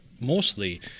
mostly